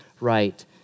right